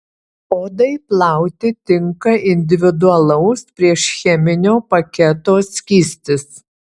odai plauti tinka individualaus priešcheminio paketo skystis